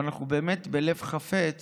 אבל אנחנו באמת בלב חפץ